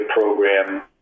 program